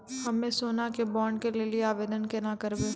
हम्मे सोना के बॉन्ड के लेली आवेदन केना करबै?